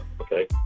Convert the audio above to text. Okay